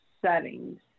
settings